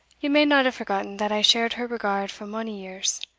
ye may not have forgotten that i shared her regard for mony years.